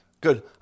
good